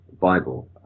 Bible